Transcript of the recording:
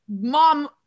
Mom